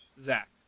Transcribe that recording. Zach